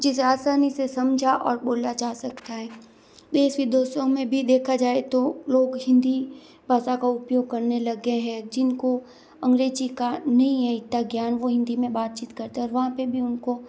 जिसे आसानी से समझा और बोला जा सकता है देश विदेशों में भी देखा जाे तो लोग हिन्दी भाषा का उपयोग करने लग गएं हैं जिन को अंग्रेज़ी का नहीं है इतना ज्ञान वो हिन्दी में बात चीत करते हैं और वहाँ पर भी उन को